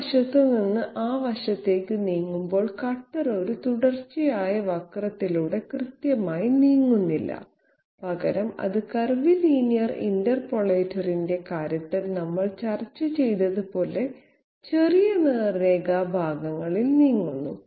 ഈ വശത്ത് നിന്ന് ആ വശത്തേക്ക് നീങ്ങുമ്പോൾ കട്ടർ ഒരു തുടർച്ചയായ വക്രത്തിലൂടെ കൃത്യമായി നീങ്ങുന്നില്ല പകരം അത് കർവിലീനിയർ ഇന്റർപോളേറ്ററിന്റെ കാര്യത്തിൽ നമ്മൾ ചർച്ച ചെയ്തതുപോലെ ചെറിയ നേർരേഖാ ഭാഗങ്ങളിൽ നീങ്ങുന്നു